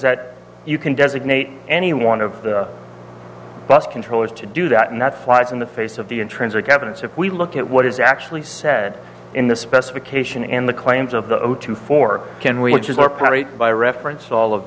that you can designate any one of the bus controllers to do that and that's flies in the face of the intrinsic evidence if we look at what is actually said in the specification and the claims of the two for can we which is our primary by reference all of